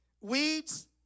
weeds